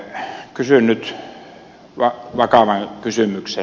kysyn nyt vakavan kysymyksen